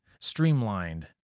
streamlined